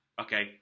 okay